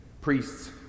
priests